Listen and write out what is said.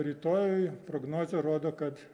rytoj prognozė rodo kad